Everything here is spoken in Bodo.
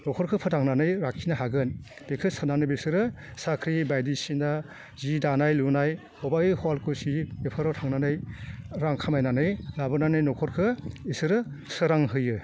नख'रखौ फोथांनानै लाखिनो हागोन बेखौ सान्नानै बिसोरो साख्रि बायदिसिना जि दानाय लुनाय बबेबा सुवालखुसि बेफोराव थांनानै रां खामायनानै लाबोनानै नख'रखौ बिसोरो सोरां होयो